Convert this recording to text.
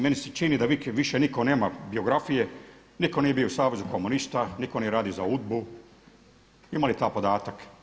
Meni se čini da više niko nema biografije, niko nije bio u savezu komunista, niko nije radio za UDBA-u, ima li taj podatak?